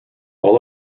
all